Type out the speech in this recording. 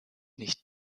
nicht